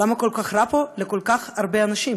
למה כל כך רע פה לכל כך הרבה אנשים,